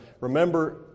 Remember